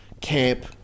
camp